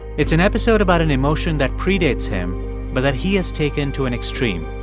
it's an episode about an emotion that predates him but that he has taken to an extreme.